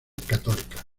católica